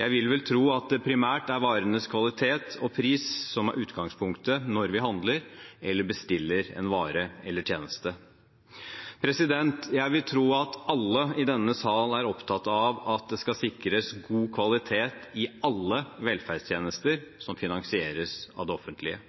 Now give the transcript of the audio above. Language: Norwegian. Jeg vil vel tro at det primært er varenes kvalitet og pris som er utgangspunktet når vi handler – eller bestiller en vare eller tjeneste. Jeg vil tro at alle i denne salen er opptatt av at det skal sikres god kvalitet i alle velferdstjenester som finansieres av det offentlige.